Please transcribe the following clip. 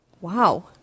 Wow